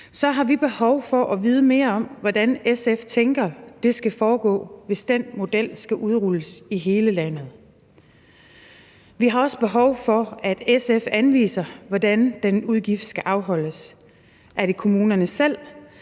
har vi behov for at vide mere om, hvordan SF tænker det skal foregå, hvis den model skal udrulles i hele landet. Vi har også behov for, at SF anviser, hvordan den udgift skal afholdes. Er det kommunerne selv,